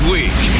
Week